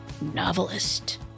novelist